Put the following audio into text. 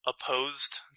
opposed